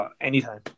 anytime